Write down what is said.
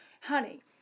honey